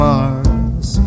Mars